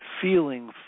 feeling